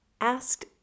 asked